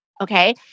okay